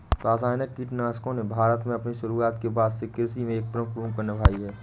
रासायनिक कीटनाशकों ने भारत में अपनी शुरूआत के बाद से कृषि में एक प्रमुख भूमिका निभाई हैं